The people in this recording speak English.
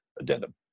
addendum